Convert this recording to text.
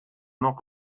noch